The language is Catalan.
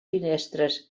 finestres